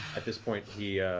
at this point, he,